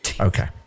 Okay